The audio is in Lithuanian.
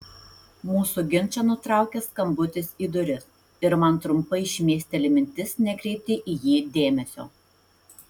mūsų ginčą nutraukia skambutis į duris ir man trumpai šmėsteli mintis nekreipti į jį dėmesio